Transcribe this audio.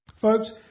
Folks